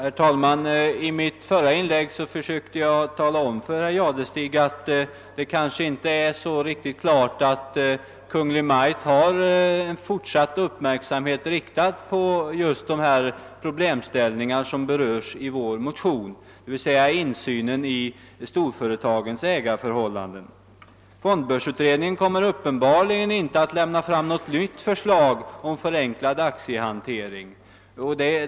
Herr talman! I mitt förra inlägg för sökte jag tala om för herr Jadestig att det kanske inte är alldeles klart att Kungl. Maj:t har sin uppmärksamhet riktad på just de problem som berörs i vår motion — dvs. insynen i storföretagens ägarförhållanden. Fondbörsutredningen kommer uppenbarligen inte att lägga fram något nytt förslag om förenklad aktiehantering.